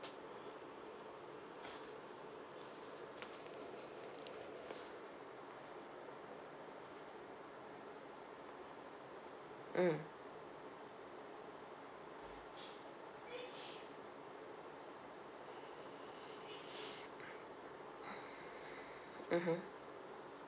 mm mmhmm